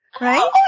right